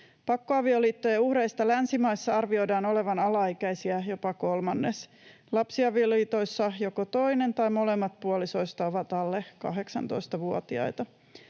Pakkoavioliittojen uhreista länsimaissa arvioidaan olevan alaikäisiä jopa kolmannes. Lapsiavioliitoissa joko toinen tai molemmat puolisoista ovat alle 18-vuotiaita.